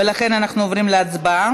ולכן אנחנו עוברים להצבעה.